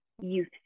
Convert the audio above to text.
youth